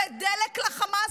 זה דלק לחמאס,